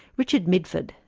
richard midford.